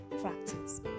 practice